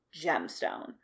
gemstone